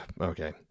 Okay